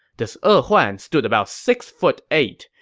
this e huan stood about six foot eight.